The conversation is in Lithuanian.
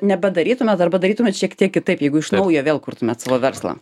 nebedarytumėt arba darytumėt šiek tiek kitaip jeigu iš naujo vėl kurtumėt savo verslą